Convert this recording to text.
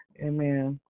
Amen